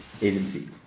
agency